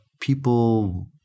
people